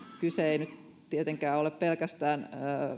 kyse ei nyt tietenkään ole pelkästään